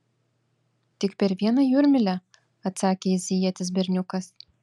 tik per vieną jūrmylę atsakė azijietis berniukas